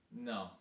No